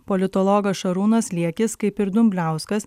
politologas šarūnas liekis kaip ir dumbliauskas